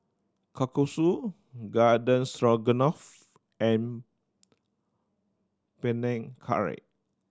Kalguksu Garden Stroganoff and Panang Curry